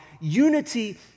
unity